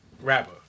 rapper